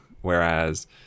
whereas